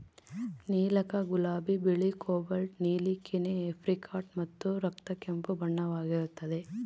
ನೀಲಕ ಗುಲಾಬಿ ಬಿಳಿ ಕೋಬಾಲ್ಟ್ ನೀಲಿ ಕೆನೆ ಏಪ್ರಿಕಾಟ್ ಮತ್ತು ರಕ್ತ ಕೆಂಪು ಬಣ್ಣವಾಗಿರುತ್ತದೆ